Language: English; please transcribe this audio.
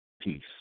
Peace